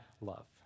love